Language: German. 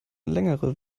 längere